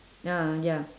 ah ya